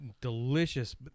delicious